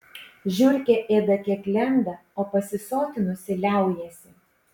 žiurkė ėda kiek lenda o pasisotinusi liaujasi